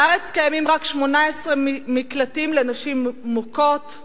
בארץ קיימים רק 18 מקלטים לנשים מוכות,